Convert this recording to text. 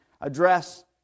address